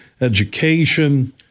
education